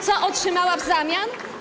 Co otrzymała w zamian?